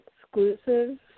exclusive